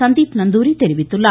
சந்தீப் நந்தூரி தெரிவித்துள்ளார்